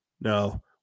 No